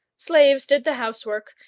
slaves did the housework,